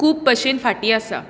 खूब भशेन फाटीं आसा